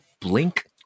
Blink